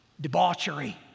debauchery